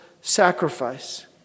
sacrifice